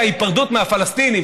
ההיפרדות מהפלסטינים,